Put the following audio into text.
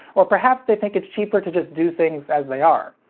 or perhaps they think it's cheaper to just do things as they are.